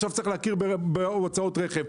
עכשיו צריך להכיר בהוצאות רכב.